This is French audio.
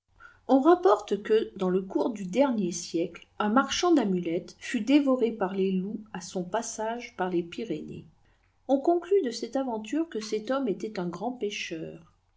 on rapporte que dans le cours du dernier siècle un marchand d'amulettes fut dévoré par les loups à son passage par les pyrénées on conclut de cette aventure que cet homme était un grand pécheur